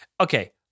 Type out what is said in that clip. okay